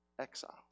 exiles